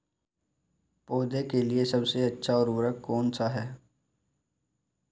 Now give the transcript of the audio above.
पौधों के लिए सबसे अच्छा उर्वरक कौन सा है?